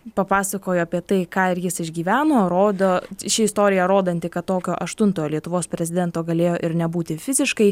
papasakojo apie tai ką ir jis išgyveno rodo ši istorija rodanti kad tokio aštuntojo lietuvos prezidento galėjo ir nebūti fiziškai